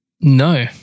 No